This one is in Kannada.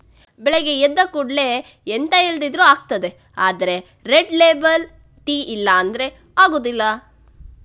ಬೆಳಗ್ಗೆ ಎದ್ದ ಕೂಡ್ಲೇ ಎಂತ ಇಲ್ದಿದ್ರೂ ಆಗ್ತದೆ ಆದ್ರೆ ರೆಡ್ ಲೇಬಲ್ ಟೀ ಇಲ್ಲ ಅಂದ್ರೆ ಆಗುದಿಲ್ಲ